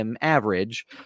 average